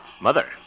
Mother